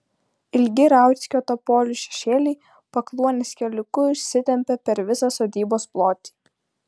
ilgi rauckio topolių šešėliai pakluonės keliuku išsitempia per visą sodybos plotį